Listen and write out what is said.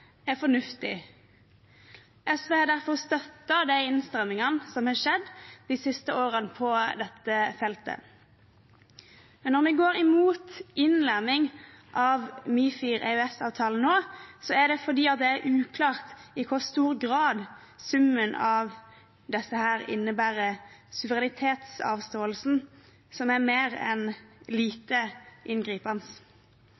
SV har derfor støttet de innstrammingene som har skjedd de siste årene på dette feltet. Men når vi går imot innlemming av MiFIR i EØS-avtalen nå, er det fordi det er uklart i hvor stor grad summen av disse innebærer suverenitetsavståelse som er mer enn